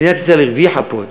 מדינת ישראל הרוויחה פה,